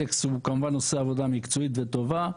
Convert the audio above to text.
אלכס כמובן עושה עבודה מקצועית וטובה,